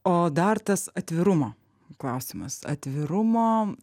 o dar tas atvirumo klausimas atvirumo